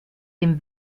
dem